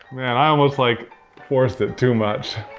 and i almost like forced it too much.